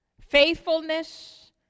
faithfulness